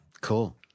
Cool